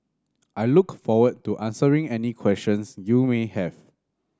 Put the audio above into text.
I look forward to answering any questions you may have